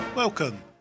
Welcome